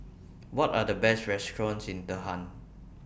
What Are The Best restaurants in Tehran